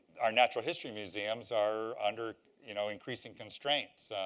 our natural history museums are under you know increasing constraints.